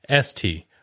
ST